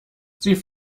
sie